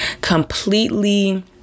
completely